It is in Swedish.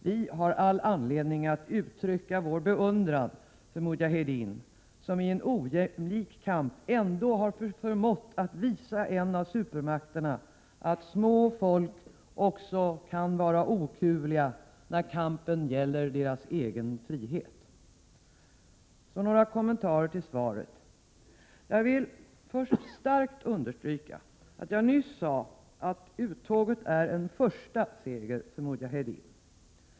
Vi har all anledning att uttrycka vår beundran för mujahedin, som i en ojämlik kamp ändå har förmått visa en av supermakterna att också små folk kan vara okuvliga när kampen gäller deras egen frihet. Så några kommentarer till svaret. Jag vill då först starkt understryka att jag nyss sade att uttåget är en första seger för mujahedin.